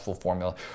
formula